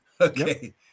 Okay